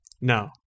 No